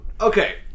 Okay